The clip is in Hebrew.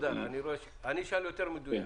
אשאל יותר מדויק.